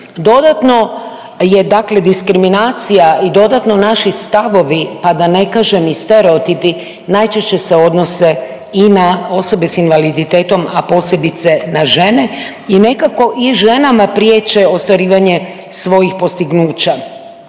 dodatno je diskriminacija i dodatno naši stavovi, a da ne kažem i stereotipi najčešće se odnose i na osobe s invaliditetom, a posebice na žene i nekako i ženama priječe ostvarivanje svojih postignuća.